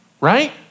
right